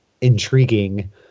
intriguing